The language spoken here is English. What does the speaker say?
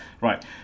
Right